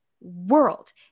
world